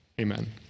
Amen